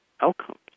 outcomes